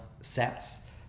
sets